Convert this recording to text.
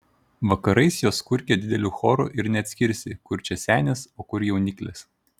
vakarais jos kurkia dideliu choru ir neatskirsi kur čia senės o kur jauniklės